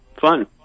fun